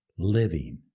Living